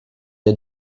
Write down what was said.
der